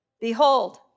Behold